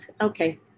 Okay